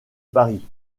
paris